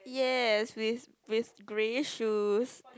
yes with with grey shoes